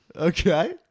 Okay